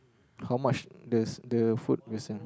how much the s~ the food will sell